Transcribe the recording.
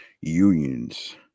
unions